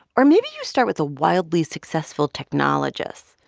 or maybe you start with a wildly successful technologist,